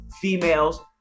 females